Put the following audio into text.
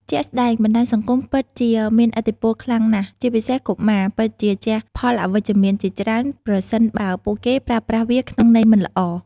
ជាក់ស្ដែងបណ្តាញសង្គមពិតជាមានឥទ្ធិពលខ្លាំងណាស់ជាពិសេសកុមារ ពិតជាជះផលអវិជ្ជមានជាខ្លាំងប្រសិនបើពួកគេប្រើប្រាស់វាក្នុងន័យមិនល្អ។